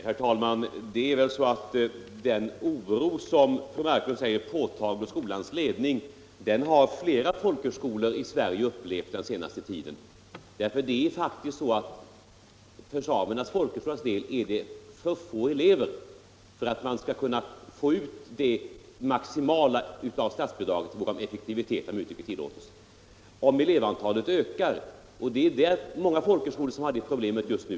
Herr talman! Den oro som enligt vad fru Marklund säger är påtaglig hos skolans ledning har flera folkhögskolor i Sverige upplevt den senaste tiden. Samernas folkhögskola har för få elever för att man skall kunna få ut det maximala av statsbidraget i fråga om effektivitet, om uttrycket tillåts. Det är många folkhögskolor som har det problemet just nu.